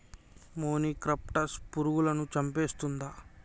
మొనిక్రప్టస్ పురుగులను చంపేస్తుందా?